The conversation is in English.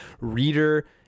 reader